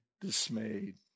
dismayed